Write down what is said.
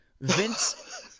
Vince